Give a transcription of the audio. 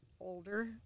older